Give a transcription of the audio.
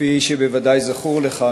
כפי שבוודאי זכור לך,